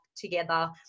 together